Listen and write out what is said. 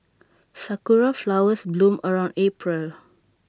Sakura Flowers bloom around April